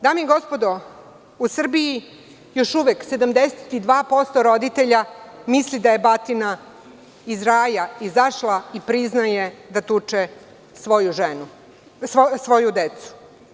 Dame i gospodo, u Srbiji još uvek 72% roditelja misli da je batina iz raja izašla i priznaje da tuče svoju decu.